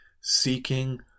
seeking